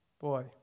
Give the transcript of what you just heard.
boy